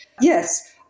Yes